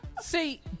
See